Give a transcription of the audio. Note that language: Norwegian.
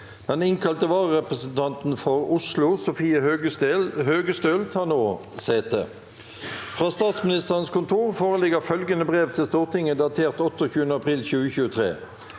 Den innkalte vararepresentanten for Oslo, Sofie Hø_gestøl, tar nå sete._ Fra Statsministerens kontor foreligger følgende brev til Stortinget, datert 28. april 2023: